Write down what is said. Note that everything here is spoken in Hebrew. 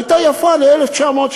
הייתה יפה ל-1976.